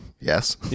Yes